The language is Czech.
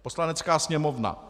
Poslanecká sněmovna: